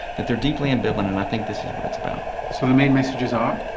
that they are deeply ambivalent, and i think this is what it's about. so the main messages are?